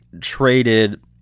traded